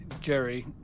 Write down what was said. Jerry